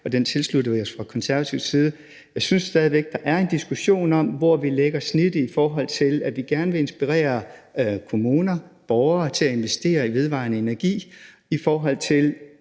og den tilsluttede vi os fra Konservatives side. Jeg synes stadig væk, at der er en diskussion om, hvor vi lægger snittet, i forhold til at vi gerne vil inspirere kommuner og borgere til at investere i vedvarende energi, og i forhold til